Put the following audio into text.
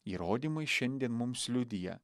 įrodymai šiandien mums liudija